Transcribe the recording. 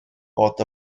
fod